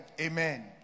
Amen